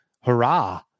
hurrah